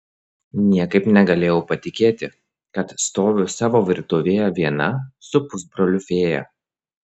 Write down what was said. niekaip negalėjau patikėti kad stoviu savo virtuvėje viena su pusbroliu fėja